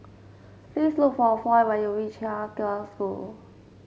please look for Floyd when you reach Haig Girls' School